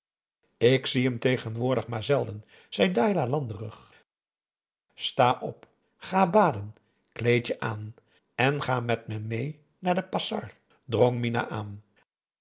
ik zie hem tegenwoordig maar zelden zei dailah landerig sta op ga baden kleed je aan en ga met me mee naar de passar drong minah aan